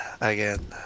again